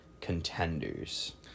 contenders